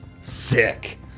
Sick